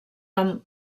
amb